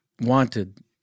wanted